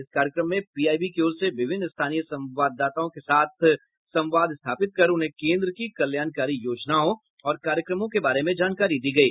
इस कार्यक्रम में पीआईबी की ओर से विभिन्न स्थानीय संवाददाताओं के साथ संवाद स्थापित कर उन्हें केन्द्र की कल्याणकारी योजनाओं और कार्यक्रमों के बारे में जानकारी दी गयी